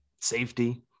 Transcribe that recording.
safety